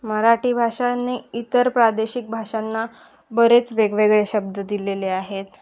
मराठी भाषांनी इतर प्रादेशिक भाषांना बरेच वेगवेगळे शब्द दिलेले आहेत